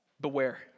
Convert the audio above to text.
beware